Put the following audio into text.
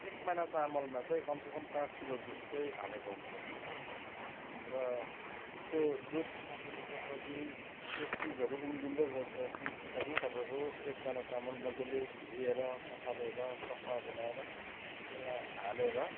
एक माना चामलमा चाहिँ कमसेकम पाँच किलो दुध चाहिँ हालेको हुनुपर्छ र त्यो दुध पाकिसकेपछि त्यो चिजहरू उम्लिँदै गएपछि पछाडि तपाईँको एक माना चामल मजाले धोएर पखालेर सफा बनाएर त्यसलाई हालेर